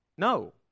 No